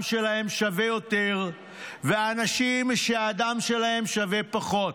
שלהם שווה יותר ואנשים שהדם שלהם שווה פחות.